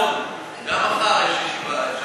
גם מחר יש ישיבה.